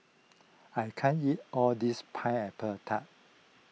I can't eat all this Pineapple Tart